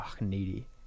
Needy